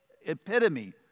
epitome